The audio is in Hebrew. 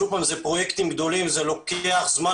שוב, אלה פרויקטים גדולים ולוקח זמן.